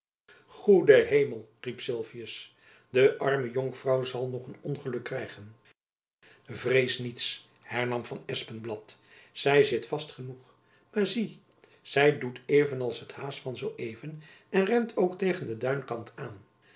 goede hemel riep sylvius de arme jonkvrouw zal nog een ongeluk krijgen vrees niets hernam van espenblad zy zit vast genoeg maar zie zy doet even als het haas van zoo even en rent ook tegen den duinkant aan